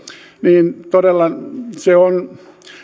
niin se on todella yksi